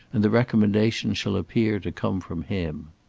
and the recommendation shall appear to come from him.